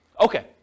Okay